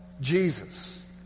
Jesus